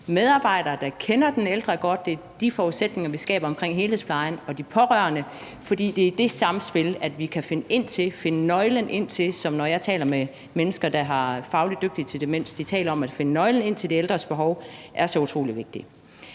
medarbejdere, der kender den ældre godt, er den forudsætning, vi skaber omkring helhedsplejen og de pårørende, for det er i det samspil, vi kan finde nøglen til de ældres behov – det er det, som mennesker, der er fagligt dygtige til demens, taler om, altså at finde nøglen til de ældres behov – og det er så utrolig vigtigt.